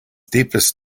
deepest